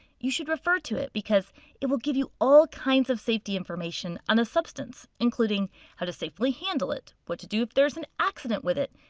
you should refer to it, because it will give you all kinds of safety information on a substance including how to safely handle it, what to do if there is an accident with it,